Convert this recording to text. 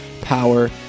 power